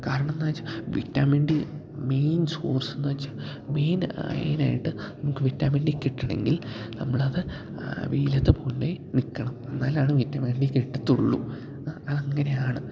കാരണം എന്ന് വച്ചാൽ വിറ്റാമിൻ ഡി മെയിൻ സോര്സ് എന്നു വച്ചാൽ മെയിൻ മെയിൻ ആയിട്ട് നമുക്ക് വിറ്റാമിൻ ഡി കിട്ടണമെങ്കിൽ നമ്മൾ അത് വെയിലത്ത് പോയി നിൽക്കണം എന്നാലാണ് വിറ്റമിൻ ഡി കിട്ടത്തുള്ളൂ അങ്ങനെയാണ്